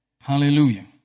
Hallelujah